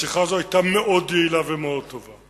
השיחה הזאת היתה מאוד יעילה ומאוד טובה.